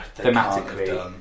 thematically